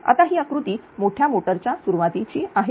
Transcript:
आता ही आकृती मोठ्या मोटरच्या सुरुवातीची आहे